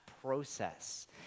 process